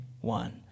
one